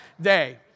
day